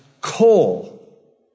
coal